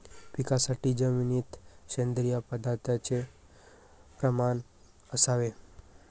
पिकासाठी जमिनीत सेंद्रिय पदार्थाचे प्रमाण असावे